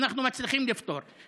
ואנחנו מצליחים לפתור אותה.